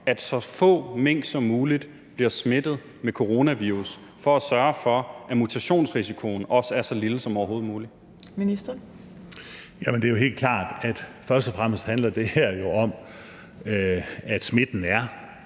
at så få mink som muligt bliver smittet med coronavirus, for at sørge for, at mutationsrisikoen også er så lille som overhovedet muligt. Kl. 15:54 Fjerde næstformand (Trine Torp): Ministeren.